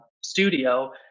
studio